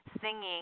singing